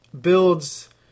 builds